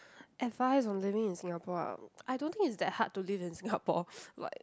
advice on living in Singapore ah mm I don't think it's that hard to live in Singapore but